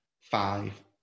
five